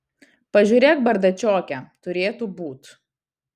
pažiūrėk bardačioke turėtų būt